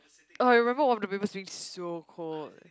oh I remember one of papers being so cold